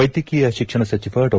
ವ್ಲೆದ್ಯಕೀಯ ಶಿಕ್ಷಣ ಸಚಿವ ಡಾ